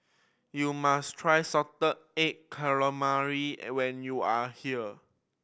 you must try salted egg calamari when you are here